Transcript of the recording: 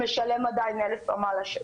משלם למעלה מ-1,000 שקל.